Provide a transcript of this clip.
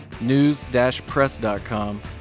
news-press.com